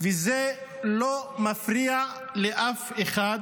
וזה לא מפריע לאף אחד.